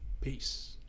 Peace